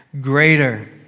greater